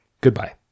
Goodbye